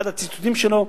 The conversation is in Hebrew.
אחד הציטוטים שלו,